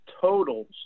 totals